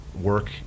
work